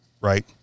right